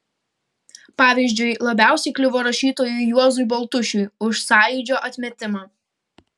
pavyzdžiui labiausiai kliuvo rašytojui juozui baltušiui už sąjūdžio atmetimą